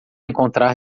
encontrar